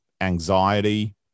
anxiety